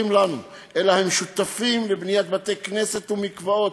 לנו אלא הם שותפים בבניית בתי-כנסת ומקוואות,